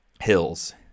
hills